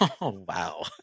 Wow